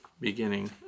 beginning